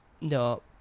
no